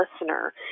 listener